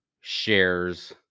shares